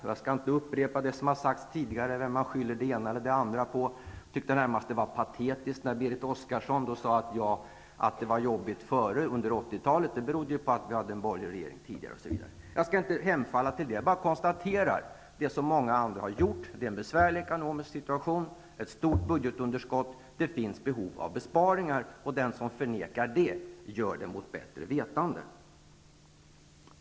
Jag skall inte upprepa det som tidigare har sagts, när man skyllde på antingen det ena eller det andra. Jag tyckte närmast att det var patetiskt när Berit Oscarrson sade att anledningen till att det var jobbigt före och under 80-talet var att vi hade en borgerlig regering, osv. Jag skall inte hemfalla åt sådant, men jag konstaterar bara det som många andra har konstaterat, nämligen att den ekonomiska situationen är besvärlig med ett stort budgetunderskott och att det finns behov av besparingar. Den som förnekar detta gör det mot bättre vetande.